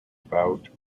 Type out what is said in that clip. about